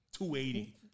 280